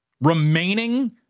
remaining